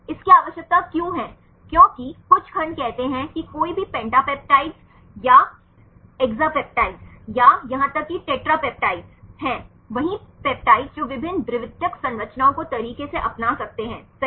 इसकी आवश्यकता क्यों है क्योंकि कुछ खंड कहते हैं कि कोई भी पेंटेप्टेपिड्स या एक्सपेप्टाइड्स या यहां तक कि टेट्रा पेप्टाइड्स हैं वही पेप्टाइड्स जो विभिन्न द्वितीयक संरचनाओं को तरीके से अपना सकते हैं सही